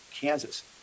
Kansas